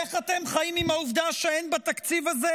איך אתם חיים עם העובדה שאין בתקציב הזה